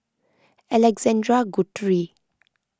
Alexander Guthrie